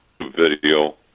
video